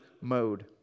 mode